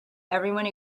everyone